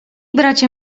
bracie